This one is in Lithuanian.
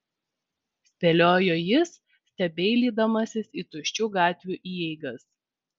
spėliojo jis stebeilydamasis į tuščių gatvių įeigas